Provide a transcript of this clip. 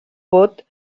vot